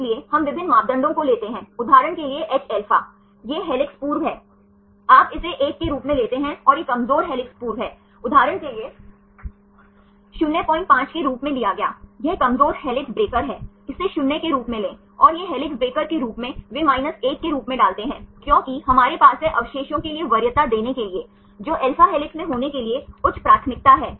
इसलिए हम विभिन्न मापदंडों को लेते हैं उदाहरण के लिए Hα यह हेलिक्स पूर्व है आप इसे एक के रूप में लेते हैं और यह कमजोर हेलिक्स पूर्व है उदाहरण के लिए 05 के रूप में लिया गया यह कमजोर हेलिक्स ब्रेकर है इसे 0 के रूप में लें और यह हेलिक्स ब्रेकर के रूप में वे 1 के रूप में डालते हैं क्योंकि हमारे पास है अवशेषों के लिए वरीयता देने के लिए जो alpha हेलिक्स में होने के लिए उच्च प्राथमिकता है